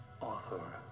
author